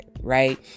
Right